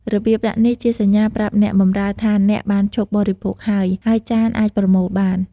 របៀបដាក់នេះជាសញ្ញាប្រាប់អ្នកបម្រើថាអ្នកបានឈប់បរិភោគហើយ ហើយចានអាចប្រមូលបាន។